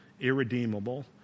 irredeemable